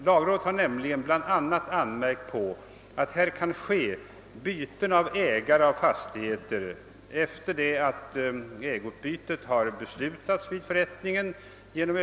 Lagrådet har nämligen bland annat anmärkt på att fastigheter kan byta ägare efter det att ägoutbytet beslutats vid förrättningen.